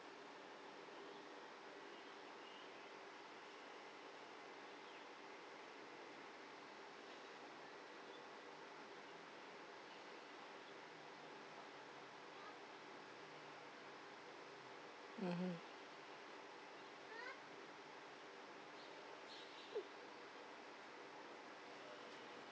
mmhmm